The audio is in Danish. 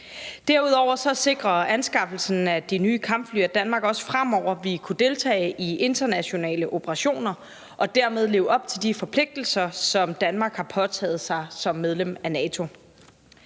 Derudover sikrer anskaffelsen af de nye kampfly, at Danmark også fremover vil kunne deltage i internationale operationer og dermed leve op til de forpligtelser, som Danmark har påtaget sig som medlem af NATO.